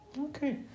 Okay